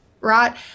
right